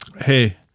Hey